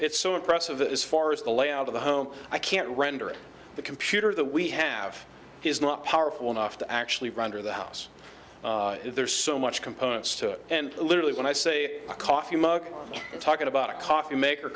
it's so impressive as far as the layout of the home i can't render the computer the we have is not powerful enough to actually run or the house there's so much components to it and literally when i say a coffee mug i'm talking about a coffee maker